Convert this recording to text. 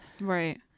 Right